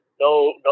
No